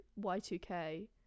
Y2K